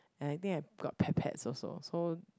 I think I got Petpet also so